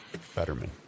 Fetterman